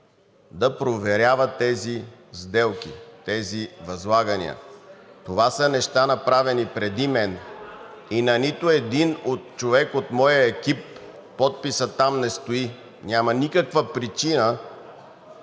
да проверява тези сделки, тези възлагания. Това са неща, направени преди мен. На нито един човек от моя екип подписът там не стои. Няма никаква причина